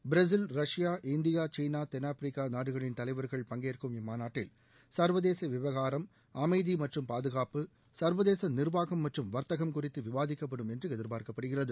Brazil Russia India சீனா தென்னாப்பிரிக்கா நாடுகளின் தலைவர்கள் பங்கேற்கும் இம்மாநாட்டில் சா்வதேச விவகாரம் அமைதி மற்றும் பாதுகாப்பு சா்வதேச நிர்வாகம் மற்றும் வா்த்தகம் குறித்து விவாதிக்கப்படும் என்று எதிர்பார்க்கப்படுகிறது